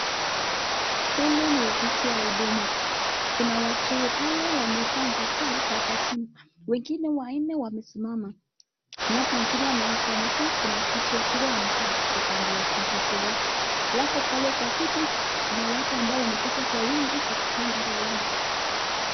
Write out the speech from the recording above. Hili ni ofisi ya huduma, kuna watu pale wamevaa nguo zao za kazini, wengine wanne wamesimama, alafu wengine wamekaa kwenye kiti wakiwa wamekaa kando ya kompyuta yao, alafu pale kwa viti, kuna watu ambao wamekuja kwa wingi wakipanga laini.